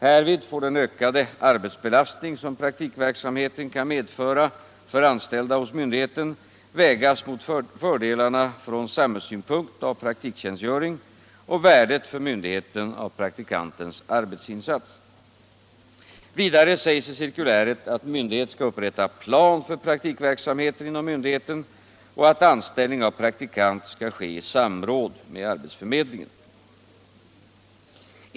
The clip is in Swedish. Härvid får den ökade arbetsbelastning som praktikverksamheten kan medföra för anställda hos myndigheten vägas mot fördelarna från samhällssynpunkt av praktiktjänstgöring och värdet för myndigheten av praktikantens arbetsinsats.” Vidare sägs i cirkuläret att myndighet skall upprätta plan för praktikverksamheten inom myndigheten och att anställning av praktikant skall ske i samråd med arbetsförmedlingen.